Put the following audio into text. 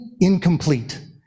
incomplete